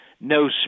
No